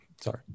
sorry